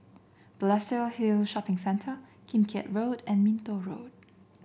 Balestier Hill Shopping Centre Kim Keat Road and Minto Road